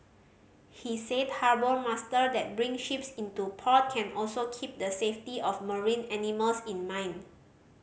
he said harbour master that bring ships into port can also keep the safety of marine animals in mind